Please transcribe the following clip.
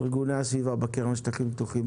ארגוני הסביבה בקרן לשטחים פתוחים,